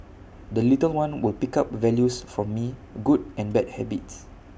the little one will pick up values from me good and bad habits